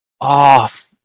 off